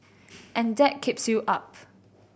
and that keeps you up